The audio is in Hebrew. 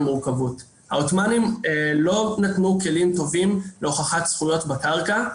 מורכבות העותומנים לא נתנו כלים טובים להוכחת זכויות בקרקע.